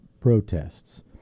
protests